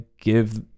give